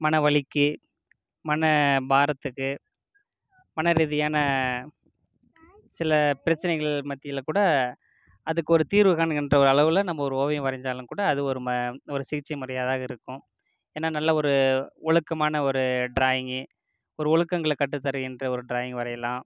மன வலிக்கு மன பாரத்துக்கு மன ரீதியான சில பிரச்சனைகள் மத்தியில் கூட அதுக்கு ஒரு தீர்வு காணுகின்ற ஒரு அள நம்ம ஒரு ஓவியம் வரைஞ்சாலும் கூட அது ஒரு ம ஒரு சிகிச்சை முறையாதாக இருக்கும் ஏன்னா நல்ல ஒரு ஒழுக்கமான ஒரு ட்ராயிங்கு ஒரு ஒழுக்கங்களை கற்று தருகின்ற ஒரு ட்ராயிங்கை வரையலாம்